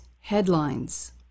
headlines